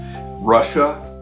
Russia